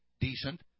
decent